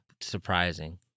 surprising